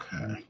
Okay